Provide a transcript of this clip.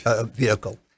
vehicle